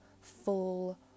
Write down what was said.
full